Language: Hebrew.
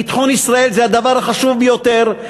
ביטחון ישראל זה הדבר החשוב ביותר,